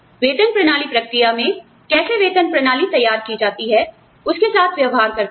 वेतन प्रणाली प्रक्रिया मे कैसे वेतन प्रणाली तैयार की जाती है उसके साथ व्यवहार करते हैं